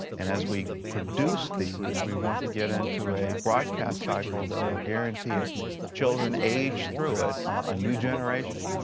and as we produce these, we want to get into a broadcast cycle that will guarantee as children age through it, a new generation,